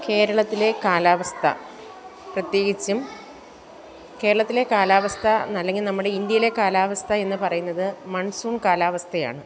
കേരളത്തിലെ കാലാവസ്ഥ പ്രത്യേകിച്ചും കേരളത്തിലെ കാലാവസ്ഥ ന്ന അല്ലെങ്കിൽ നമ്മുടെ ഇന്ത്യയിലെ കാലാവസ്ഥ എന്ന് പറയുന്നത് മൺസൂൺ കാലാവസ്ഥയാണ്